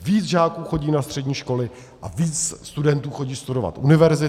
Víc žáků chodí na střední školy a víc studentů chodí studovat univerzity.